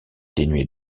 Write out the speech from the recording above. dénué